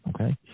okay